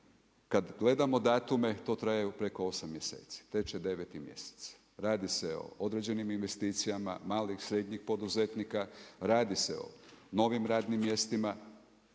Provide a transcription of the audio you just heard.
kada gledamo datume to traje preko osam mjeseci, teče deveti mjesec. Radi se o određenim investicijama, malih, srednjih poduzetnika, radi se o novim radnim mjestima